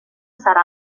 serà